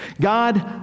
God